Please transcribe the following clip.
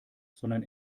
sondern